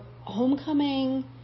homecoming